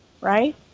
right